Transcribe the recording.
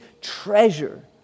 treasure